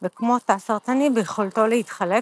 וכמו תא סרטני ביכולתו להתחלק